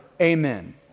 Amen